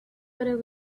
whether